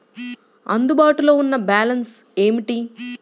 అందుబాటులో ఉన్న బ్యాలన్స్ ఏమిటీ?